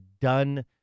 done